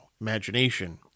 imagination